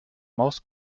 maus